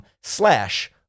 slash